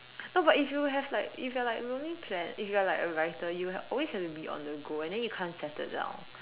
no but if you have like if you're like lonely planet if you're like a writer you will always have to be on the go and then you can't settle down